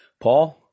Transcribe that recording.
Paul